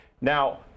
Now